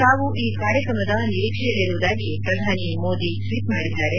ತಾವು ಈ ಕಾರ್ಯಕ್ರಮದ ನಿರೀಕ್ಷೆಯಲ್ಲಿರುವುದಾಗಿ ಶ್ರಧಾನಿ ಮೋದಿ ಟ್ವೀಟ್ ಮಾಡಿದ್ದಾರೆ